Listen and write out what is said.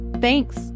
Thanks